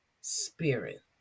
spirit